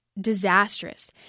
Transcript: disastrous